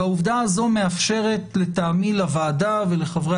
והעובדה הזו מאפשרת לטעמי לוועדה ולחברי